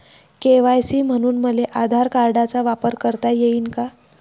KYC म्हनून मले आधार कार्डाचा वापर करता येईन का?